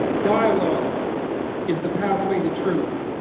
dialogue is the pathway to truth